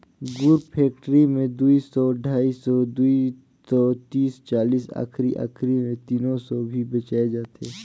गुर फेकटरी मे दुई सौ, ढाई सौ, दुई सौ तीस चालीस आखिरी आखिरी मे तीनो सौ भी बेचाय जाथे